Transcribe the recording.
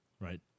Right